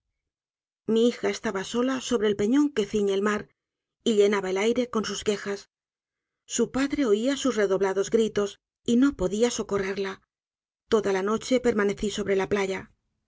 mi hija estaba sola sobre el peñón que ciñe el mar y llenaba el aire con sus quejas su padre oia sus redoblados gritos y no podía socorrerla toda la noche permanecí sobre la playa